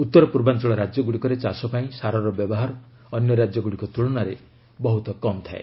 ଉଉର ପୂର୍ବାଞ୍ଚଳ ରାଜ୍ୟଗୁଡ଼ିକରେ ଚାଷ ପାଇଁ ସାରର ବ୍ୟବହାର ଅନ୍ୟ ରାଜ୍ୟଗୁଡ଼ିକ ତୁଳନାରେ ବହୁତ କମ୍ ଥାଏ